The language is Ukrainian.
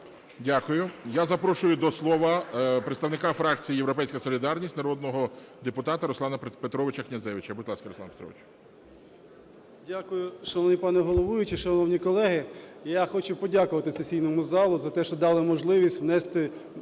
Дякую. Я запрошую до слова представника фракції "Європейська солідарність" народного депутата Руслана Петровича Князевича. Будь ласка, Руслан Петрович. 17:30:43 КНЯЗЕВИЧ Р.П. Дякую. Шановний пане головуючий, шановні колеги, я хочу подякувати сесійному залу за те, що дали можливість внести,